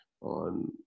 on